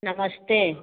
नमस्ते